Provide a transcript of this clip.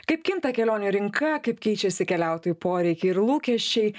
kaip kinta kelionių rinka kaip keičiasi keliautojų poreikiai ir lūkesčiai